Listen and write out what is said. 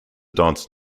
dance